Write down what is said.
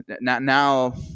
now